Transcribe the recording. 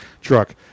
truck